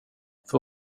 för